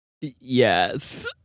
Yes